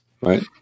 Right